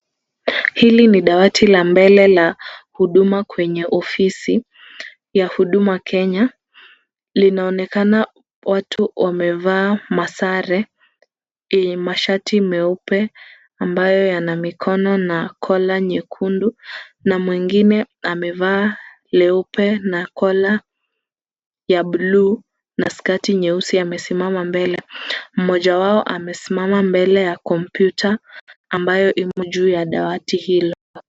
Hili ni dawati la mbele la huduma kwenye ofisi ya Huduma Kenya. Linaonekana watu wamevaa masare yenye mashati meupe ambayo yana mikono na collar nyekundu na mwingine amevaa leupe na collar ya buluu na skati nyeusi. Amesimama mbele. Mmoja wao amesimama mbele ya kompyuta ambayo imo juu ya dawati hilo.